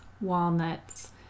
walnuts